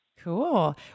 Cool